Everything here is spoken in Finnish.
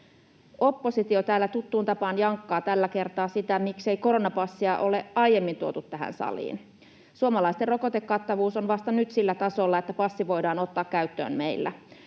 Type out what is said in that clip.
Oppositio täällä tuttuun tapaan jankkaa tällä kertaa sitä, miksei koronapassia ole aiemmin tuotu tähän saliin. Suomalaisten rokotekattavuus on vasta nyt sillä tasolla, että passi voidaan ottaa käyttöön meillä.